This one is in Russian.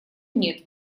нет